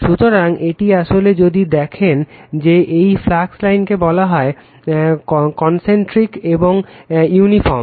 সুতরাং এটি আসলে যদি দেখেন যে এই ফ্লাক্স লাইনকে বলা হয় কন্সেন্ত্রিক এবং ইউনিফর্ম